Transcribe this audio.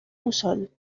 mussol